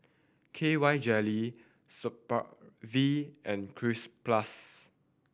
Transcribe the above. K Y Jelly Supravit and Cleanz Plus